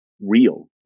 real